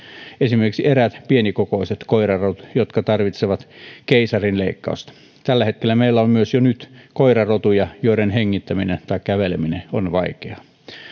esimerkiksi eräät pienikokoiset koirarodut jotka tarvitsevat keisarinleikkausta tällä hetkellä meillä myös on jo koirarotuja joiden hengittäminen tai käveleminen on vaikeaa